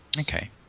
Okay